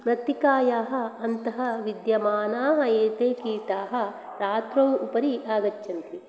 लतिकायाः अन्तः विद्यमानाः एते कीटाः रात्रौ उपरि आगच्छन्ति